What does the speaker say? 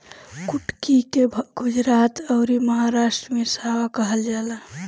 कुटकी के गुजरात अउरी महाराष्ट्र में सांवा कहल जाला